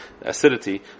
acidity